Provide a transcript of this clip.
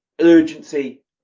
urgency